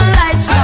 lights